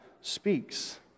speaks